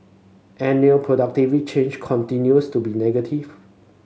annual productivity change continues to be negative